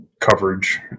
coverage